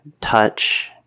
touch